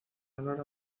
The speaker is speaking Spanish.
honor